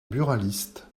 buralistes